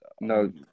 No